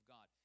God